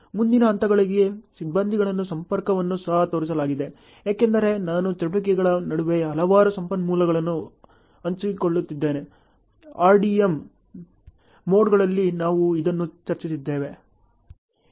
ಮುಂದಿನ ಹಂತಗಳಿಗೆ ಸಿಬ್ಬಂದಿ ಸಂಪರ್ಕವನ್ನು ಸಹ ತೋರಿಸಲಾಗಿದೆ ಏಕೆಂದರೆ ನಾನು ಚಟುವಟಿಕೆಗಳ ನಡುವೆ ಹಲವಾರು ಸಂಪನ್ಮೂಲಗಳನ್ನು ಹಂಚಿಕೊಳ್ಳುತ್ತಿದ್ದೇನೆ RDM ಮೋಡ್ಗಳಲ್ಲಿ ನಾವು ಇದನ್ನು ಚರ್ಚಿಸಿದ್ದೇವೆ